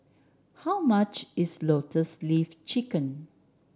how much is Lotus Leaf Chicken